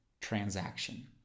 transaction